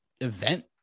event